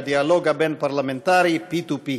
במסגרת הדיאלוג הבין-פרלמנטרי "P2P".